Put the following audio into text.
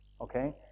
Okay